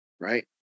right